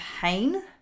pain